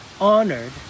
honored